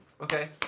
Okay